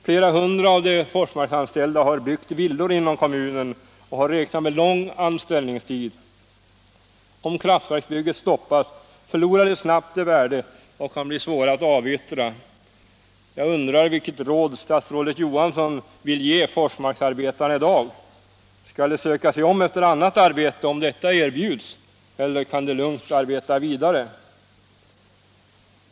Flera hundra av de Forsmarksanställda har byggt villor inom kommunen, och de har räknat med lång anställningstid. Om kraftverksbygget skulle stoppas. förlorar villorna snabbt i värde och kan bli svåra att avyttra. Jag undrar vilket råd statsrådet Johansson vill ge Forsmarksarbetarna i dag. Skall de se sig om efter annat arbete om sådant erbjuds eller kan de lugnt arbeta vidare?